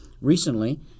recently